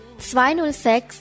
206